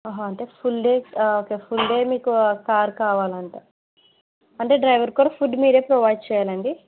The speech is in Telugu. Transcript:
అంటే full day okay full day మీకు కార్ కావాలి అంటే డ్రైవెర్కి కూడా ఫుడ్ మీరే ప్రొవైడ్ చెయ్యాలండి